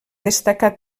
destacar